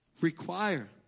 Require